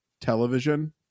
television